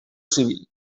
civil